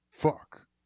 Fuck